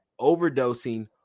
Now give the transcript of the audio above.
overdosing